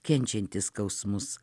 kenčiantį skausmus